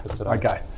okay